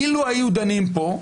אילו היו דנים פה,